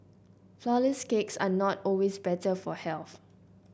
flourless cakes are not always better for health